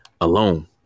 alone